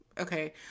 Okay